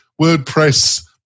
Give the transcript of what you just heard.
WordPress